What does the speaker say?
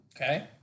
Okay